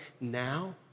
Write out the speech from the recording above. now